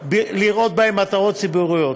לראות בהן מטרות ציבוריות.